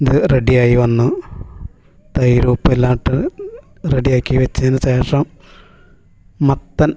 അത് റെഡി ആയി വന്നു തൈരും ഉപ്പും എല്ലാം ഇട്ട് റെഡി ആക്കി വെച്ചതിന് ശേഷം മത്തൻ